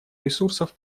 ресурсов